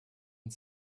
und